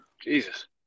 Jesus